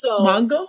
Mongo